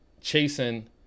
chasing